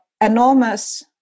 enormous